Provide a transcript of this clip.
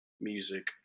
music